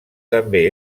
també